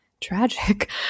tragic